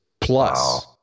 plus